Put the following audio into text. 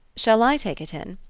shall i take it in?